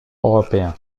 européen